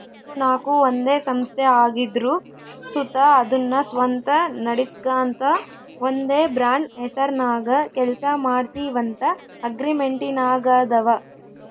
ಇವು ನಾಕು ಒಂದೇ ಸಂಸ್ಥೆ ಆಗಿದ್ರು ಸುತ ಅದುನ್ನ ಸ್ವಂತ ನಡಿಸ್ಗಾಂತ ಒಂದೇ ಬ್ರಾಂಡ್ ಹೆಸರ್ನಾಗ ಕೆಲ್ಸ ಮಾಡ್ತೀವಂತ ಅಗ್ರಿಮೆಂಟಿನಾಗಾದವ